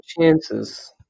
chances